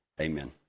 amen